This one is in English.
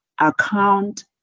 account